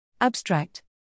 Abstract